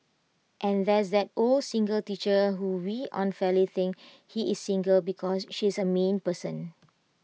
and there's that old single teacher who we unfairly think he is A single because she is A mean person